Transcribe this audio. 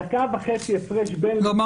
דקה וחצי הפרש בין --- לא,